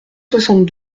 soixante